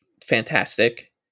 fantastic